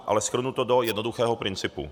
Ale shrnu to do jednoduchého principu.